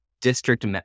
district